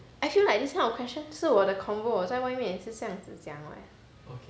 I feel like this kind of question 就是我的 convo 我在外面也是这样子讲 [what]